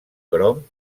crom